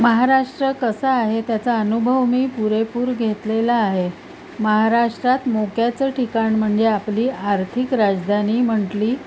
महाराष्ट्र कसं आहे त्याचा अनुभव मी पुरेपूर घेतलेला आहे महाराष्ट्रात मोक्याचं ठिकाण म्हणजे आपली आर्थिक राजधानी म्हंटली